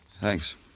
Thanks